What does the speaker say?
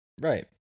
Right